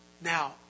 Now